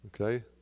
Okay